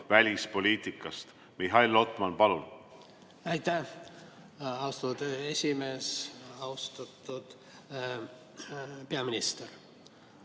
välispoliitika. Mihhail Lotman, palun! Aitäh, austatud esimees! Austatud peaminister!